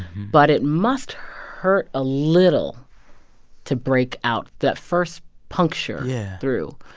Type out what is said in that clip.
but it must hurt a little to break out that first puncture yeah through,